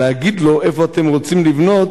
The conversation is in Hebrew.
אלא להגיד לו איפה אתם רוצים לבנות,